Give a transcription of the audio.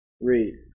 Read